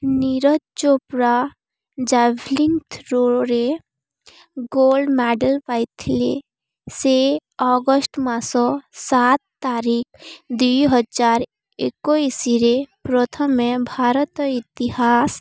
Neeraj Chopra javelin ଥ୍ରୋରେ gold medal ପାଇଥିଲେ ସେ ଅଗଷ୍ଟ ମାସ ସାତ ତାରିଖ ଦୁଇହଜାର ଏକୋଇଶିରେ ପ୍ରଥମେ ଭାରତ ଇତିହାସ